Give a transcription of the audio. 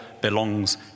belongs